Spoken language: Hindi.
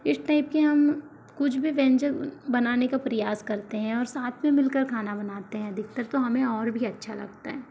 इस टाइप के हम कुछ भी व्यंजन बनाने का प्रयास करते हैं और साथ में मिलकर खाना बनाते हैं अधिकतर तो हमें और भी अच्छा लगता है